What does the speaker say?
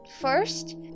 first